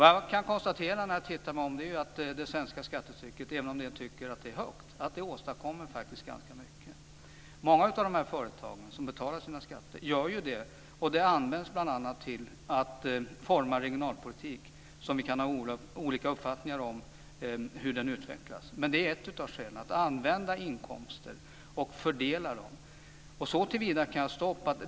Vad jag kan konstatera när jag ser mig omkring är att det svenska skattetrycket - även om en del tycker att det är högt - faktiskt åstadkommer ganska mycket. De skatter som många av de här företagen betalar används bl.a. till att forma en regionalpolitik, vilken vi kan ha olika uppfattningar om när det gäller hur den utvecklas. Ett av skälen är alltså detta med att använda inkomster och fördela dem.